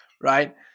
right